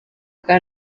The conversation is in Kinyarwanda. bwa